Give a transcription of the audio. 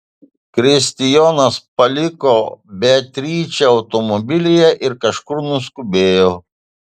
kristijonas paliko beatričę automobilyje ir kažkur nuskubėjo